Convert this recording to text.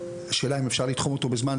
השאלה אם אפשר לתחום אותו בזמן,